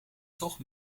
toch